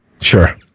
Sure